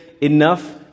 enough